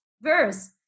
verse